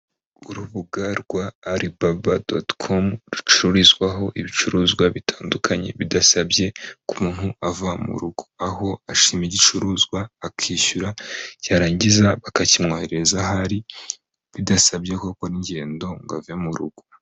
Urubuga rwa aribaba donti komu rucururizwaho ibicuruzwa bitandukanye bidasabye ko umuntu ava mu rugo, aho ashima igicuruzwa akishyura yarangiza bakakimwohereza aho ari bidasabye gukora ingendo ngo ave mu rugo.